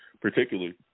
particularly –